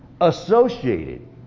associated